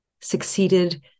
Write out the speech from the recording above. succeeded